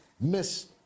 miss